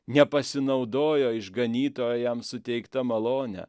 nepasinaudojo išganytojo jam suteikta malone